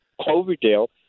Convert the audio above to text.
Cloverdale